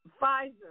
Pfizer